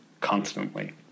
constantly